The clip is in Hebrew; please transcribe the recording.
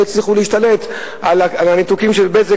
לא הצליחו להשתלט על הניתוקים של "בזק".